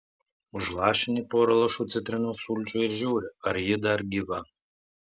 užlašini porą lašų citrinos sulčių ir žiūri ar ji dar gyva